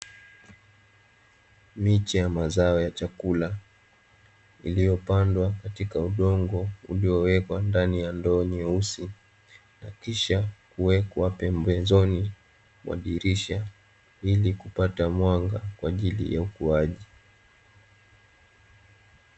Miche ya mazao ya chakula iliyo pandwa katika udongo uliowekwa ndani ya ndoo nyeusi, na kisha kuwekwa pembezoni mwa dirisha ili kupata mwanga kwa ajili ya ukuaji.